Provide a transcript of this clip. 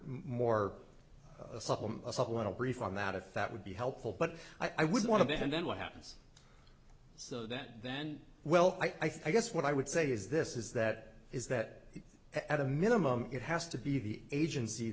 more a supplemental brief on that if that would be helpful but i would want to and then what happens so that then well i guess what i would say is this is that is that at a minimum it has to be the agency